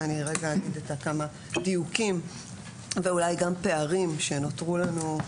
ואני רגע אגיד כמה דיוקים ואולי גם פערים שנותרו לנו,